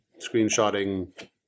screenshotting